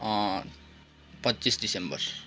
पच्चिस दिसम्बर